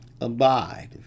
abide